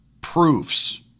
proofs